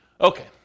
Okay